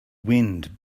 wind